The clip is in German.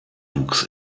wuchs